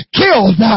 killed